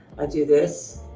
i do this,